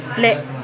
play